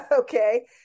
okay